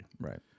Right